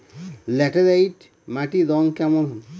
Laterite মাটির রং কেমন?